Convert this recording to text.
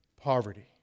poverty